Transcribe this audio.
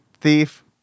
Thief